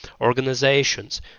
organizations